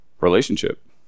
Relationship